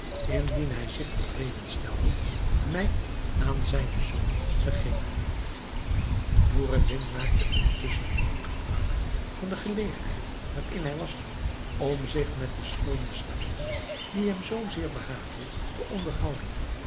indien hij zich te vreden stelde mij aan zijnen zoon te geven noureddin maakte intusschen een goed gebruik van de gelegenheid waarin hij was om zich met de schoone slavin die hem zoo zeer behaagde te onderhouden